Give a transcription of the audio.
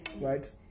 right